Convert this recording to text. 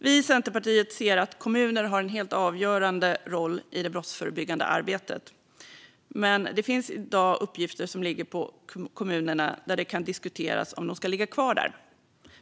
Vi i Centerpartiet anser att kommuner har en helt avgörande roll i det brottsförebyggande arbetet. Men det finns i dag uppgifter som ligger på kommunerna, där det kan diskuteras om de ska ligga kvar där.